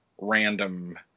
random